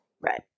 Right